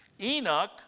Enoch